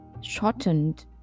shortened